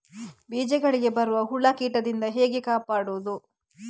ಬೀಜಗಳಿಗೆ ಬರುವ ಹುಳ, ಕೀಟದಿಂದ ಹೇಗೆ ಕಾಪಾಡುವುದು?